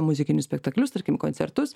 muzikinius spektaklius tarkim koncertus